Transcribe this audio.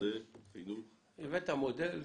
לחינוך --- הבאת מודל תקצוב.